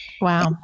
wow